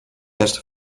erste